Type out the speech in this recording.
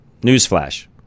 Newsflash